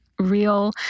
real